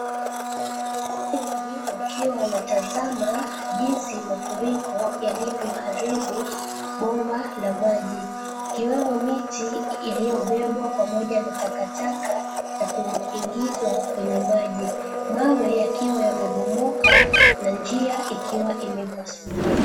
Wengi wakiwa wanatazama jinsi mafuriko yalivyoharibu bomba la maji, ikiwemo miti liyobebwa pamoja na takataka na kuingizwa kwenye maji: mawe yakiwa yamebomoka na njia ikiwa imepasuka.